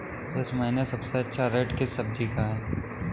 इस महीने सबसे अच्छा रेट किस सब्जी का है?